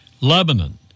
Lebanon